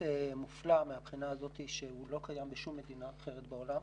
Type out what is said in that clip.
מופלא מהבחינה הזאת שהוא לא קיים בשום מדינה אחרת בעולם.